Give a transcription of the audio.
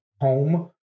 home